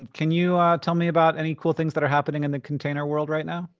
um can you tell me about any cool things that are happening in the container world right now?